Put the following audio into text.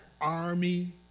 army